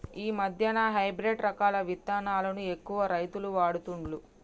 ఈ మధ్యన హైబ్రిడ్ రకాల విత్తనాలను ఎక్కువ రైతులు వాడుతుండ్లు